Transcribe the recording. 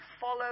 follow